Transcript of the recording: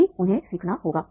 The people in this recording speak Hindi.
यही उन्हें सीखना होगा